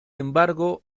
embargo